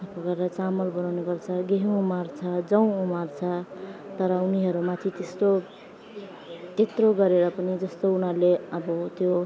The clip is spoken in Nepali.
यो सब गरेर चामल बनाउनुपर्छ गेहुँ उमार्छ जौँ उमार्छ तर उनीहरूमाथि त्यस्तो त्यत्रो गरेर पनि जस्तो उनीहरूले अब त्यो